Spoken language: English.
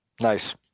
Nice